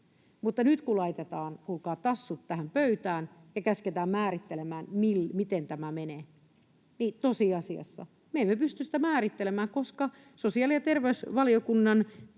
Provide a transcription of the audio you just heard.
Nyt kun laitetaan kuulkaa tassut tähän pöytään ja käsketään määrittelemään, miten tämä menee, niin tosiasiassa me emme pysty sitä määrittelemään, koska sosiaali- ja terveysvaliokunnan